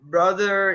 Brother